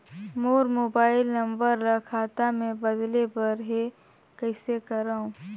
मोर mobile number ल खाता मे बदले बर हे कइसे करव?